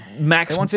Max